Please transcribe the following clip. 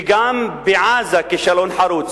וגם בעזה כישלון חרוץ.